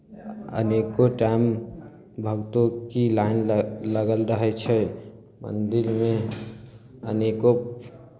अनेको टाइम भक्तों की लाइन लग लगल रहै छै मन्दिरमे अनेको